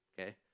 okay